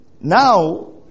Now